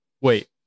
Wait